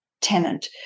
tenant